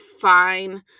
fine